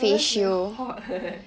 that's damn hot leh